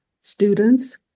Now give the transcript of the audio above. students